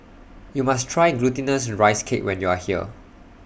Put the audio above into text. YOU must Try Glutinous Rice Cake when YOU Are here